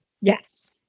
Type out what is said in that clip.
Yes